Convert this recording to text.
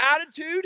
attitude